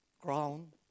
Crown